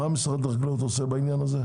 מה משרד החקלאות עושה בעניין הזה?